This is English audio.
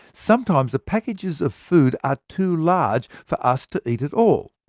sometimes the packages of food are too large for us to eat it all,